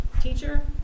teacher